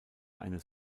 eines